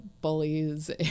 bullies